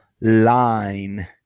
line